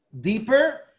deeper